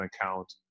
account